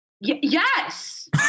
Yes